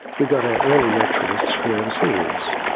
we got our early naturalists from overseas.